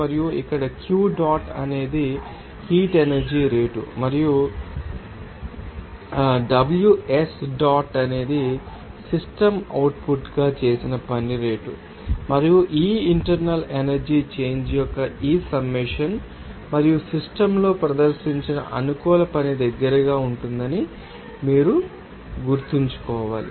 మరియు ఇక్కడ Q dot అనేది హీట్ ఎనర్జీ రేటు మరియు Ws డాట్ అనేది సిస్టమ్ అవుట్పుట్గా చేసిన పని రేటు మరియు ఈ ఇంటర్నల్ ఎనర్జీ చేంజ్ యొక్క ఈ సమ్మేషన్ మరియు సిస్టమ్లో ప్రదర్శించిన అనుకూల పని దగ్గరగా ఉంటుందని మీరు గుర్తుంచుకోవాలి